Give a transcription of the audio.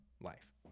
life